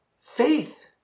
Faith